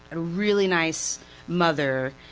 a really nice mother,